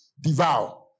Devour